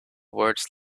words